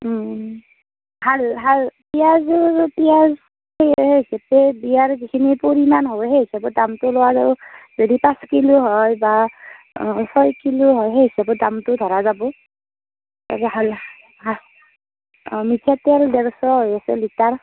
ভাল ভাল পিয়াঁজো পিয়াঁজ সেই হিচাপে বিয়াৰ যিখিনি পৰিমাণ হ'ব সেই হিচাপত দামটো লোৱা যাব যদি পাঁচ কিলো হয় বা ছয় কিলো হয় সেই হিচাপত দামটো ধৰা যাব মিঠাতেল দেৰশ আঢ়ৈশ লিটাৰ